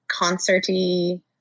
concerty